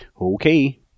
Okay